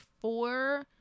four